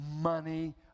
money